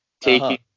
taking